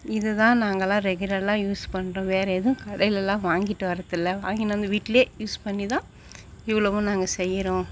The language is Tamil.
இது தான் நாங்களாம் ரெகுரல்லா யூஸ் பண்ணுறோம் வேறு எதுவும் கடையிலலாம் வாங்கிகிட்டு வரதில்லை வாங்கின்னு வந்து வீட்டிலே யூஸ் பண்ணி தான் இவ்வளோவும் நாங்கள் செய்யிறோம்